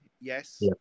Yes